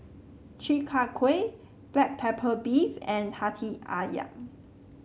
Chi Kak Kuih Black Pepper Beef and hati ayam